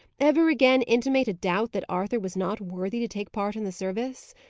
ever again intimate a doubt that arthur was not worthy to take part in the service?